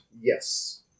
Yes